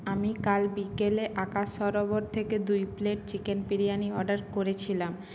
আমি কাল বিকেলে আকাশ সরোবর থেকে দুই প্লেট চিকেন বিরিয়ানি অর্ডার করেছিলাম